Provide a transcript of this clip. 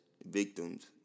Victims